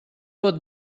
pot